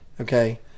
okay